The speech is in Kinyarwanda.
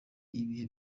ibihe